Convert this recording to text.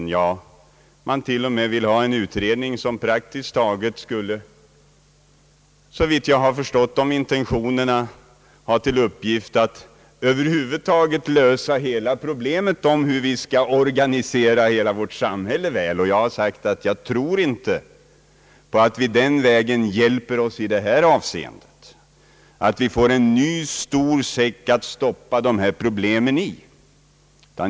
Ja, man vill till och med ha en utredning som praktiskt taget skulle, om jag rätt förstått intentionerna, ha till uppgift att lösa hela problemet om hur vi skall organisera vårt samhälle. Jag har sagt att jag inte tror att vi den vägen blir hjälpta genom att vi får en ny stor säck att stoppa dessa problem i.